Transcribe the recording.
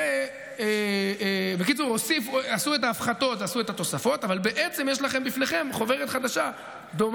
יושב-ראש ועדת הבריאות חבר הכנסת יונתן מישרקי גם כן מטפל ועשה דיונים